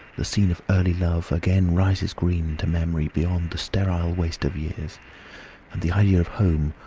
the scene of early love again rises green to memory beyond the sterile waste of years and the idea of home,